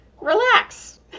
relax